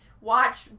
watch